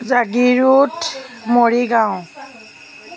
Jagiroad Morigaon